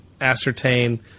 ascertain